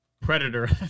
Predator